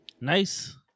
Nice